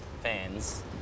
fans